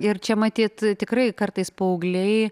ir čia matyt tikrai kartais paaugliai